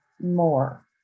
more